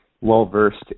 well-versed